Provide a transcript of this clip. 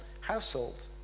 household